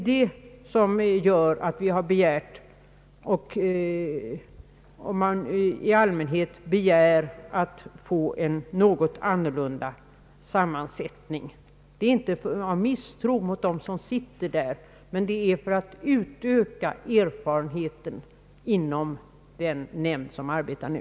Det är det som gör att kravet på en något annorlunda sammansättning av nämnden kommit fram. Det är inte av misstro mot dem som sitter där utan för att utöka erfarenheten inom den nämnd som arbetar nu.